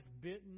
bitten